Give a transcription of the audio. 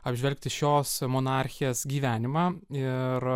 apžvelgti šios monarchijos gyvenimą ir